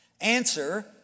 Answer